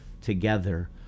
together